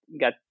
got